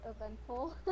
eventful